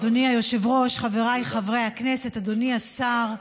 אדוני היושב-ראש, חבריי חברי הכנסת, אדוני השר,